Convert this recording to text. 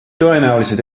tõenäoliselt